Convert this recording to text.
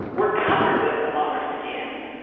we're covered with them on our skin,